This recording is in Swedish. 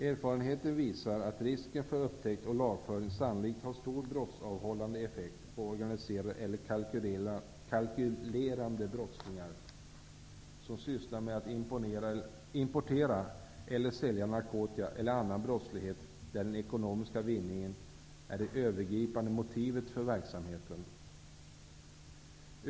Erfarenheten visar att risken för upptäckt och lagföring sannolikt har stor brottsavhållande effekt på organiserade eller kalkylerande brottslingar som sysslar med att importera eller sälja narkotika eller på annan brottslighet där den ekonomiska vinningen är det övergripande motivet för verksamheten.